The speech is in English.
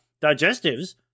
digestives